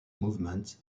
movements